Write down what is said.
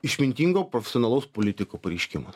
išmintingo profesionalaus politiko pareiškimas